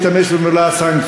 אני מעדיף להשתמש במילה סנקציות.